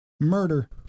Murder